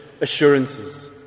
assurances